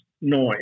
noise